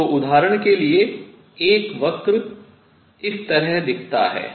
तो उदाहरण के लिए एक वक्र इस तरह दिखता है